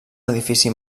edifici